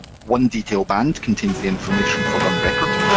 one detail band contains the information for one record,